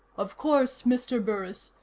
of course, mr. burris,